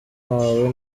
wawe